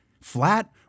flat